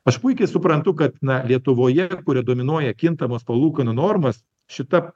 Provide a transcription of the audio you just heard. aš puikiai suprantu kad lietuvoje kuri dominuoja kintamos palūkanų normas šita